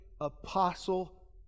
apostle